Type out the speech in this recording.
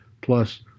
plus